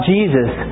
Jesus